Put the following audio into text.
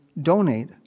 donate